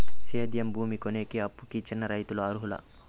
సేద్యం భూమి కొనేకి, అప్పుకి చిన్న రైతులు అర్హులా?